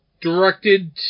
directed